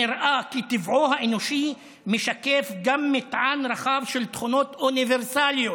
נראה כי טבעו האנושי משקף גם מטען רחב של תכונות אוניברסליות,